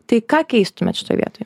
tai ką keistumėt šitoj vietoj